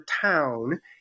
town